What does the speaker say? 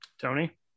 tony